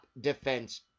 defense